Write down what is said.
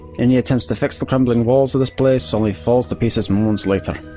any attempts to fix the crumbling walls of this place only falls to pieces moments later.